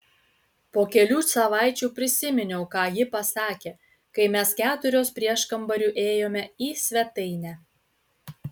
po kelių savaičių prisiminiau ką ji pasakė kai mes keturios prieškambariu ėjome į svetainę